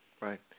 right